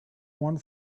one